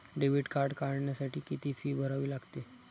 Debit card काढण्यासाठी किती fee भरावी लागते?